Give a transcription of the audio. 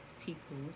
people